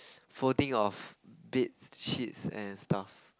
folding of bed sheets and stuff